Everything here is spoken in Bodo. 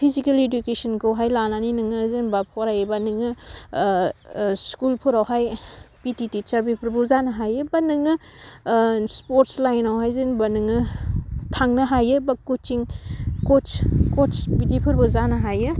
फिजिकेल इदुकेसनखौहाय लानानै नोङो जेनबा फरायोबा नोङो सिकुलफोरावहाय पिटि टिसार बेफोरबो जानो हायो बा नोङो स्पर्द लाइनावहाय जेनोबा नोङो थांनो हायोबा कसिं कस बिदिफोरबो जानो हायो